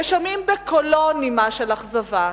ושומעים בקולו נימה של אכזבה.